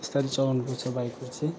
बिस्तारी चलाउनुपर्छ बाइकहरू चाहिँ